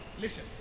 Listen